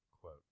quote